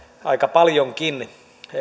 aika paljonkin